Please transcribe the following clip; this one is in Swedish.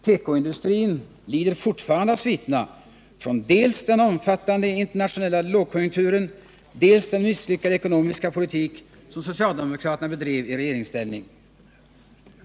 Tekoindustrin lider fortfarande av sviterna från dels den omfattande internationella lågkonjunkturen, dels den misslyckade ekonomiska politik som socialdemokraterna bedrev i regeringsställning.